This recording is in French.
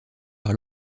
par